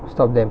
stop them